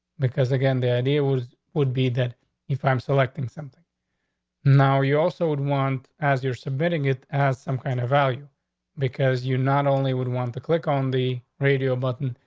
because again, the idea was would be that if i'm selecting something now, you also would want, as you're submitting it as some kind of value because you not only would want to click on the radio button,